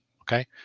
okay